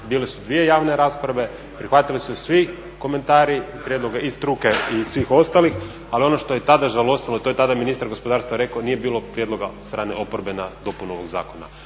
bile su dvije javne rasprave prihvatili su se svi komentari i prijedloge i struke i svih ostalih. Ali ono što je tada žalostilo to je tada ministar gospodarstva rekao nije bilo prijedloga od strane oporbe na dopunu ovog zakona.